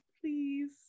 Please